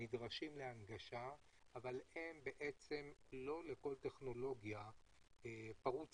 נדרשים להנגשה אבל הם לא לכל טכנולוגיה פרוץ